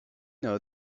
know